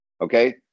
Okay